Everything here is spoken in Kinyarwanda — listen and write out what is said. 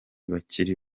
bakiri